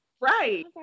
Right